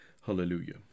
Hallelujah